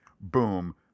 Boom